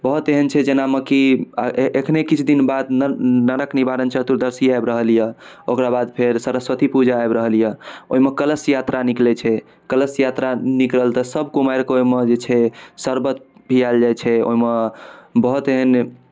बहुत एहन छै जेनामे की ए एखने किछु दिन बाद नर नरक निवारण चतुर्दशी आबि रहल यए ओकरा बाद फेर सरस्वती पूजा आबि रहल यए ओहिमे कलश यात्रा निकलैत छै कलश यात्रा निकलल तऽ सभ कुमारिके ओहिमे जे छै शर्बत पियाओल जाइ छै ओहिमे बहुत एहन